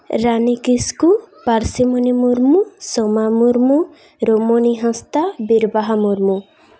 Rani Kisku Parsimoni Murmu Soma Murmu Romoni Hansda Birbaha Murmu